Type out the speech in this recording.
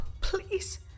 please